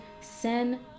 sin